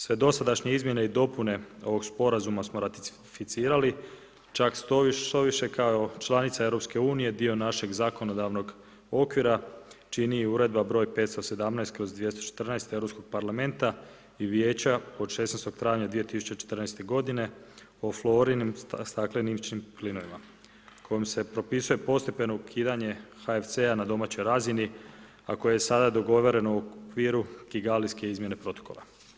Sve dosadašnje izmjene i dopune ovog Sporazuma smo ratificirali, čak štoviše kao članica Europske unije dio našeg zakonodavnog okvira čini i Uredba br. 517/214 Europskog parlamenta i Vijeća od 16. travnja 2014. godine o florinim stakleničkim plinovima, kojim se propisuje postepeno ukidanje HFC-a na domaćoj razini, a koje je sada dogovoreno Kigalijske izmjene Protokola.